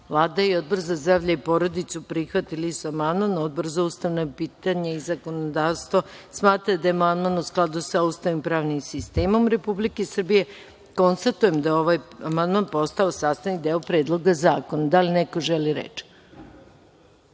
i Odbor za zdravlje i porodicu prihvatili su amandman. Odbor za ustavna pitanja i zakonodavstvo smatra da je amandman u skladu sa Ustavom i pravnim sistemom Republike Srbije. Konstatujem da je ovaj amandman postao sastavni deo predloga zakona. Da li neko želi reč?